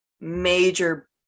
major